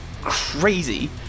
crazy